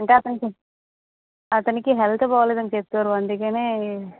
అంటే అతనికి హెల్త్ బాగలేదని చెప్పారు అందుకనే